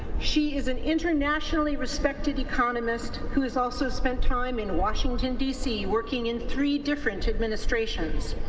she is an internationally respected economist who has also spent time in washington, d c, working in three different administrations.